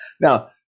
Now